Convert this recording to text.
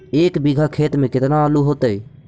एक बिघा खेत में केतना आलू होतई?